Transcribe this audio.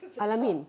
al-amin